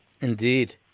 Indeed